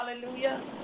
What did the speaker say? Hallelujah